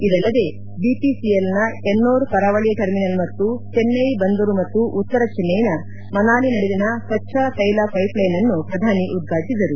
ಇವಲ್ಲದೇ ಬಿಪಿಸಿಎಲ್ನ ಎನ್ನೋರ್ ಕರಾವಳಿ ಟರ್ಮಿನಲ್ ಮತ್ತು ಚೆನ್ನೈ ಬಂದರು ಮತ್ತು ಉತ್ತರ ಚೆನ್ನೈನ ಮನಾಲಿ ನಡುವಿನ ಕಚ್ಛಾ ತೈಲ ಪೈಪ್ಲೈನ್ ಅನ್ನು ಪ್ರಧಾನಿ ಉದ್ಘಾಟಿಸಿದರು